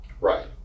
Right